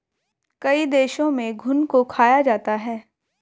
कई देशों में घुन को खाया जाता है